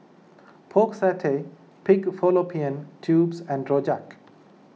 Pork Satay Pig Fallopian Tubes and Rojak